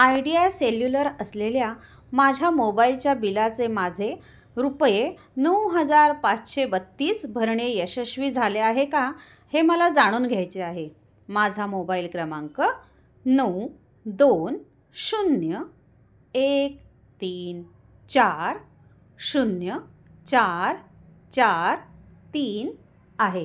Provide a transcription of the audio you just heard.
idea Cellular असलेल्या माझ्या मोबाईलच्या बिलाचे माझे रुपये नऊ हजार पाचशे बत्तीस भरणे यशस्वी झाले आहे का हे मला जाणून घ्यायचे आहे माझा मोबाईल क्रमांक नऊ दोन शून्य एक तीन चार शून्य चार चार तीन आहे